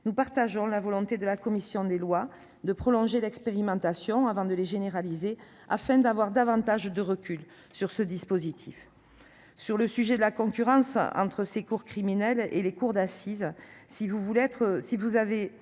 nous partageons la volonté de la commission des lois de prolonger l'expérimentation avant sa généralisation, afin d'avoir davantage de recul sur ce dispositif. Sur le sujet de la concurrence entre les cours criminelles et les cours d'assises, si vous vous